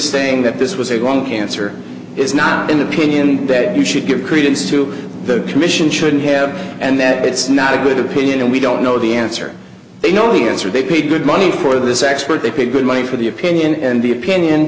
saying that this was a wrong cancer is not an opinion that you should give credence to the commission should have and that it's not a good opinion and we don't know the answer they know the answer they paid good money for this expert they paid good money for the opinion and the opinion